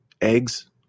Eggs